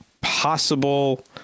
possible